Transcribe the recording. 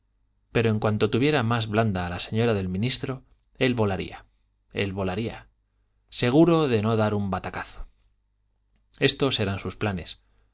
pero en cuanto tuviera más blanda a la señora del ministro él volaría él volaría seguro de no dar un batacazo estos eran sus planes